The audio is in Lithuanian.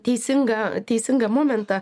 teisingą teisingą momentą